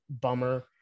bummer